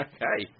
Okay